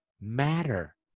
matter